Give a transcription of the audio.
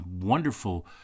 wonderful